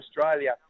Australia